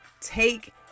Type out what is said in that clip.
take